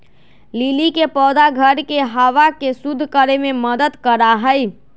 lily के पौधा घर के हवा के शुद्ध करे में मदद करा हई